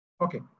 Okay